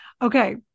Okay